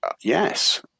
Yes